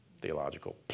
theological